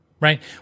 Right